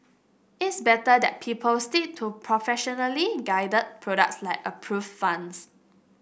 it's better that people stick to professionally guided products like approved funds